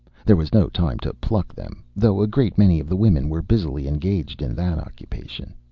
there was no time to pluck them, though a great many of the women were busily engaged in that occupation.